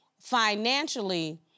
financially